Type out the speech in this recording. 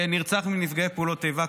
נרצח והוא מנפגעי פעולות איבה.